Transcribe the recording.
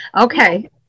okay